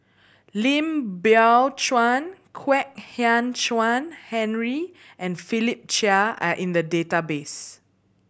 Lim Biow Chuan Kwek Hian Chuan Henry and Philip Chia are in the database